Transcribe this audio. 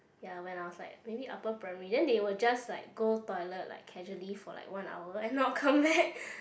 ya when I was like maybe upper primary then they will just like go toilet like causally for like one hour and not come back